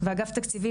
ואגף תקציבים,